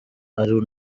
ari